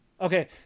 Okay